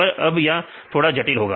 पर अब या थोड़ा जटिल होगा